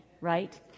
right